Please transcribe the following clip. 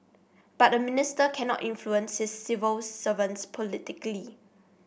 but a minister cannot influence his civil servants politically